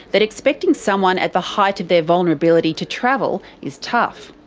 that expecting someone at the height of their vulnerability to travel is tough.